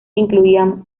incluían